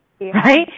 Right